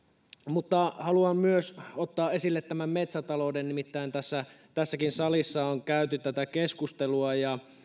mutta haluan myös ottaa esille tämän metsätalouden nimittäin tässäkin salissa on käyty tätä keskustelua ja